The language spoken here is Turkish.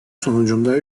sonucunda